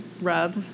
rub